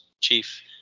Chief